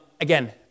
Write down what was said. again